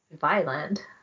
Violent